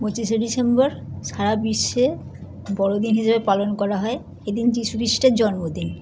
পঁচিশে ডিসেম্বর সারা বিশ্বে বড়দিন হিসেবে পালন করা হয় এদিন যিশু খ্রিস্টের জন্মদিন